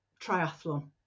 triathlon